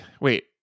wait